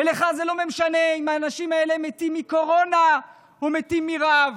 ולך זה לא משנה אם האנשים האלה מתים מקורונה או מתים מרעב.